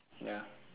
ya